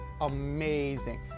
amazing